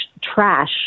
trash